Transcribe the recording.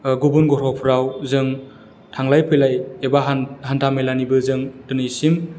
गुबुन ग्रहफोराव जों थांलाय फैलाय एबा हान्था मेलानिबो जों दिनैसिम